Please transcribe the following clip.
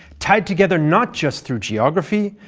tied together not just through geography,